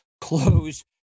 close